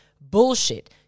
bullshit